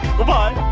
Goodbye